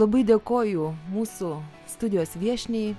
labai dėkoju mūsų studijos viešniai